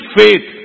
faith